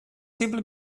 simply